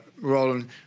Roland